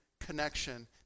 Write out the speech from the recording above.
connection